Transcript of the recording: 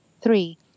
Three